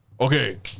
okay